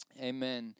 Amen